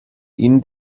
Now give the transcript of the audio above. ihn